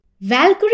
Valkyrie